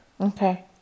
Okay